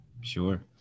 Sure